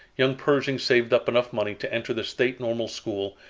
young pershing saved up enough money to enter the state normal school,